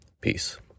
Peace